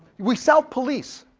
we self police,